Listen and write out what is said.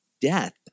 death